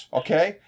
okay